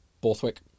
Borthwick